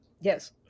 Yes